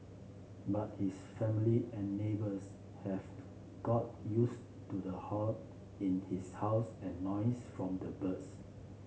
but his family and neighbours have got used to the hoard in his house and noise from the birds